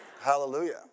Hallelujah